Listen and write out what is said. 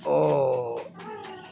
ओह्